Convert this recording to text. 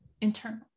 internal